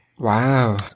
Wow